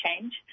change